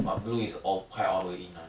but blue is o~ quite all the way in [one]